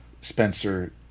Spencer